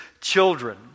children